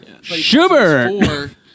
Schubert